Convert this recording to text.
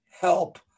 help